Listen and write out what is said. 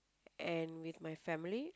and with my family